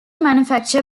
manufacture